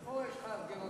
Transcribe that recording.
איפה יש לך דירות